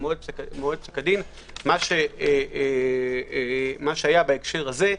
מה שהיה בהקשר הזה,